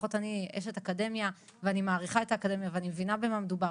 לפחות אני אשת אקדמיה ואני מעריכה את האקדמיה ואני מבינה במה מדובר,